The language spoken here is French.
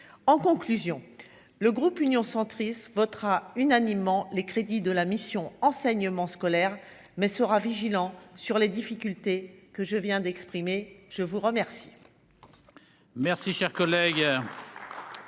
en conclusion, le groupe Union centriste votera unanimement les crédits de la mission enseignement scolaire mais sera vigilant sur les difficultés que je viens d'exprimer, je vous remercie.